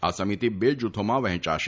આ સમિતિ બે જૂથોમાં વર્ફેચાશે